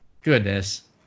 Goodness